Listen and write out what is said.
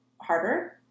harder